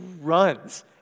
runs